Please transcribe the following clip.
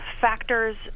factors